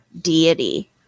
deity